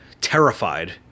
terrified